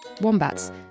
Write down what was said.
Wombats